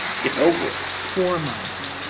get over it. four months,